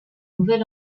nouvel